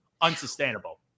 unsustainable